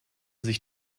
sich